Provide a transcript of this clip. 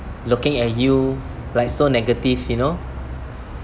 looking at you like so negative you know